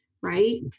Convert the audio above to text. right